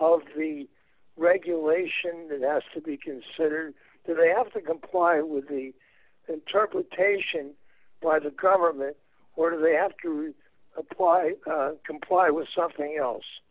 of the regulation has to be considered do they have to comply with the interpretation by the government or do they have to apply comply with something else